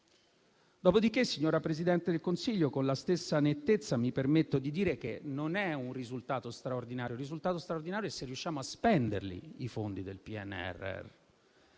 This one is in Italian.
Dopodiché, signora Presidente del Consiglio, con la stessa nettezza mi permetto di dire che non si tratta di un risultato straordinario. Il risultato straordinario è se riusciamo a spendere i fondi del PNRR.